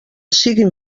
siguin